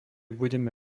budeme